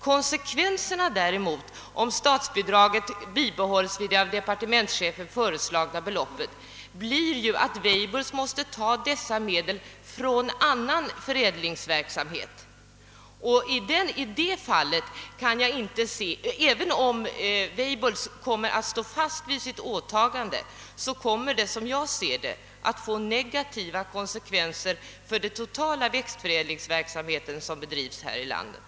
Konsekvenserna blir, om statsbidraget bibehålls vid det av departementschefen föreslagna beloppet, att Weibullsholm måste ta dessa medel från annan förädlingsverksamhet. även om Weibullsholm kommer att stå fast vid sitt åtagande, så kommer det uteblivna statsbidraget att få negativa konsekvenser för den totala växtförädlingsverksamheten här i landet.